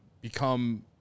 become